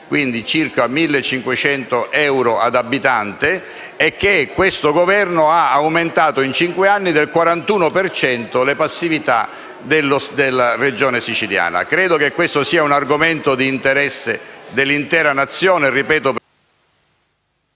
debiti, circa 1.500 euro ad abitante, e che questo Governo ha aumentato in cinque anni del 41 per cento le passività della Regione Siciliana. Credo che questo sia un argomento di interesse dell'intera Nazione per le